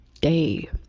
day